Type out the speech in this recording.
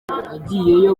agiyeyo